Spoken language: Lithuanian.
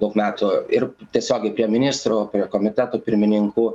daug metų ir tiesiogiai prie ministrų prie komitetų pirmininkų